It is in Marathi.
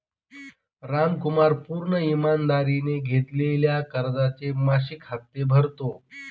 रामकुमार पूर्ण ईमानदारीने घेतलेल्या कर्जाचे मासिक हप्ते भरतो